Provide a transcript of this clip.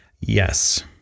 Yes